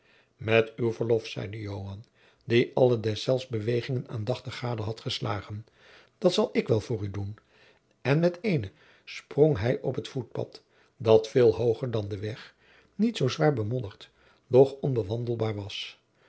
met uw verlof zeide joan die alle deszelfs bewegingen aandachtig gade had geslagen dat zal ik wel voor u doen en met éénen sprong hij op het voetpad dat veel hooger dan de weg niet zoo zwaar bemodderd noch onbewandelbaar was